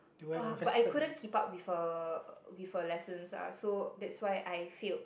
uh but I couldn't keep up with her with her lessons ah that's why I failed